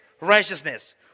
righteousness